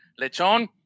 Lechon